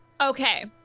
Okay